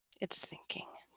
it's thinking